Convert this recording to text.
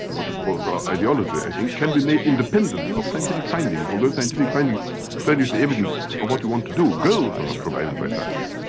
what you would call ideology i think, can be made independent of scientific findings, although scientific findings furnish the evidence of what you want to do. goals are not provided by science.